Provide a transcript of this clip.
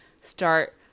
start